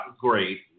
great